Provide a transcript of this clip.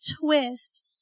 twist